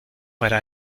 para